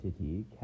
entity